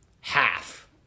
half